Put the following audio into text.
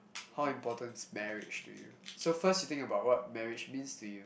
how important is marriage to you so first you think about what marriage means to you